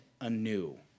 anew